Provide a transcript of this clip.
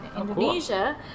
Indonesia